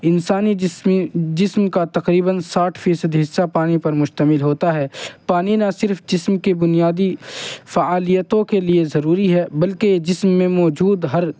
انسانی جسمی جسم کا تقریباً ساٹھ فیصد حصہ پانی پر مشتمل ہوتا ہے پانی نہ صرف جسم کے بنیادی فعالیتوں کے لیے ضروری ہے بلکہ جسم میں موجود ہر